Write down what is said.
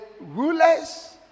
rulers